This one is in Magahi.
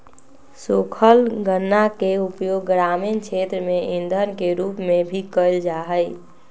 सूखल गन्ना के उपयोग ग्रामीण क्षेत्र में इंधन के रूप में भी कइल जाहई